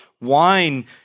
wine